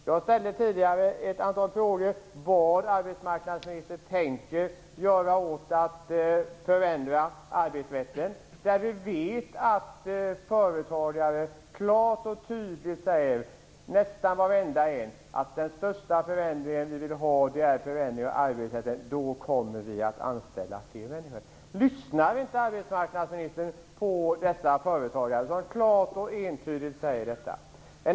Jag ställde tidigare ett antal frågor om vad arbetsmarknadsministern tänker göra för att förändra arbetsrätten. Vi vet att nästan varenda företagare klart och tydligt säger att den första förändring som de vill ha är en förändring av arbetsrätten. Då kommer de att anställa fler människor. Lyssnar inte arbetsmarknadsministern på de företagare som klart och entydigt säger detta?